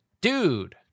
dude